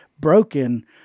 broken